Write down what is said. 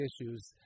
issues